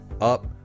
up